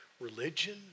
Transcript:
religion